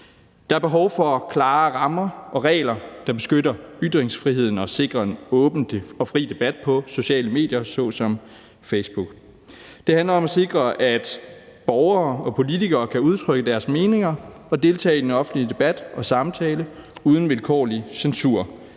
Der er behov for klare rammer og regler, der beskytter ytringsfriheden og sikrer en åben og fri debat på sociale medier såsom Facebook. Det handler om at sikre, at borgere og politikere kan udtrykke deres meninger og deltage i den offentlige debat og samtale uden vilkårlig censur